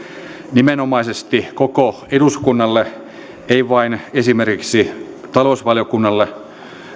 nimenomaisesti koko eduskunnalle ei vain esimerkiksi talousvaliokunnalle